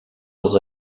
els